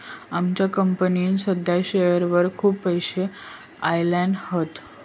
आमच्या कंपनीन साध्या शेअरवर खूप पैशे लायल्यान हत